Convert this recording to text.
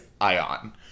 Ion